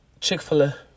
Chick-fil-A